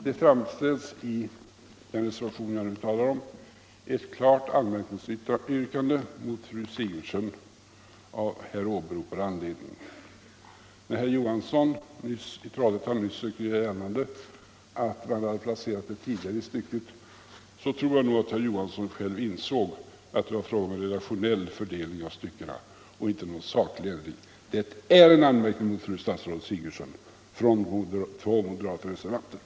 Det framställs i den reservation jag nu talar om ett klart anmärkningsyrkande mot fru Sigurdsen av här åberopad anledning. När herr Johansson i Trollhättan nyss sökte göra gällande att man förminskat dess värde genom att placera detta tidigare i stycket tror jag nog att herr Johansson insåg att det var fråga om en redaktionell fördelning av styckena och inte någon saklig ändring. Det är en anmärkning mot fru statsrådet Sigurdsen från moderata reservanter.